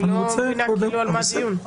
אני לא מבינה על מה הדיון.